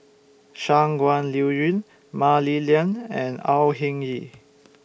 Shangguan Liuyun Mah Li Lian and Au Hing Yee